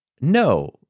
No